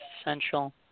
essential